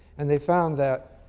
and they found that